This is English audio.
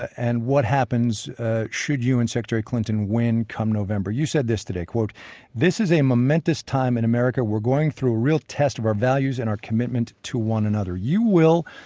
and what happens should you and secretary clinton win come november. you said this today, this is a momentous time in america. we're going through a real test of our values and our commitment to one another. you will,